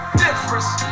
difference